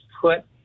put